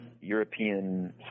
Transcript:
European